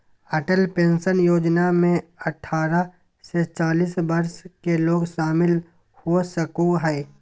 Atal pension योजना में अठारह से चालीस वर्ष के लोग शामिल हो सको हइ